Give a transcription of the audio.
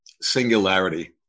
singularity